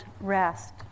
rest